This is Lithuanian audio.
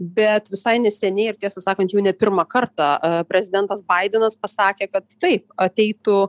bet visai neseniai ir tiesą sakant jau ne pirmą kartą prezidentas baidenas pasakė kad taip ateitų